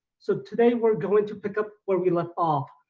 so today we're going to pick up where we left off,